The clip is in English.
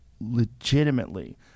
legitimately